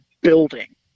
building